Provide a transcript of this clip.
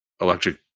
electric